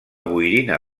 boirina